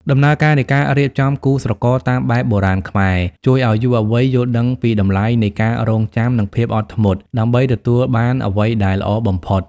ដំណើរការនៃការរៀបចំគូស្រករតាមបែបបុរាណខ្មែរ ជួយឱ្យយុវវ័យយល់ដឹងពីតម្លៃនៃ "ការរង់ចាំ និងភាពអត់ធ្មត់" ដើម្បីទទួលបានអ្វីដែលល្អបំផុត។